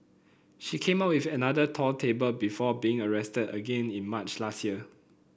she came up with another tall tale before being arrested again in March last year